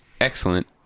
Excellent